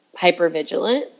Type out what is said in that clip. hypervigilant